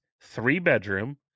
three-bedroom